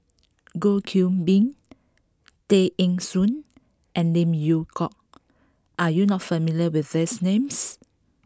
Goh Qiu Bin Tay Eng Soon and Lim Yew Hock are you not familiar with these names